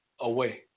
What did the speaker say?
away